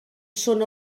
són